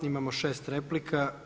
Imamo 6 replika.